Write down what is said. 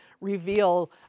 reveal